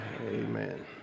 Amen